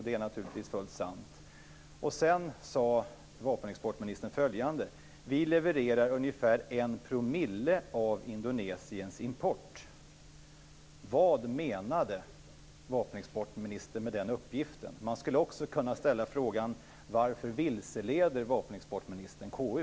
Det är naturligtvis fullt sant. Sedan sade vapenexportministern att vi levererar ungefär 1 % av Indonesiens import. Vad menade vapenexportministern med den uppgiften? Man skulle också kunna ställa frågan: Varför vilseleder vapenexportministern KU?